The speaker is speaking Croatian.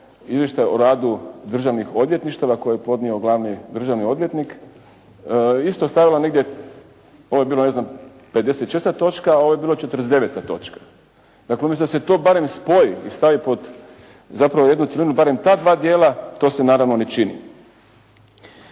Izvještaj o radu državnih odvjetništava koje je podnio glavni državni odvjetnik isto je stavila negdje, ovo je bila, ne znam 56. točka, a ovo je bila 49. točka. Dakle, umjesto da se to barem spoji i stavi pod zapravo jednu cjelinu barem ta dva dijela, to se naravno ne čini.